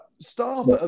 staff